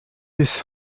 his